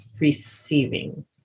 receiving